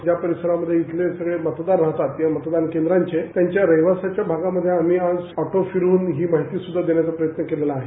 ज्या परिसरामध्ये मतदार राहतात त्या मतदान केंद्रांचे त्यांच्या रहिवासीच्या आगामध्ये आम्ही आज ऑटो फिरव्णही ही माहितीस्द्धा देण्याचा प्रयत्न केला आहे